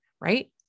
right